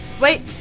Wait